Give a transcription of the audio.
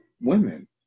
women